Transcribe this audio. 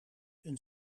een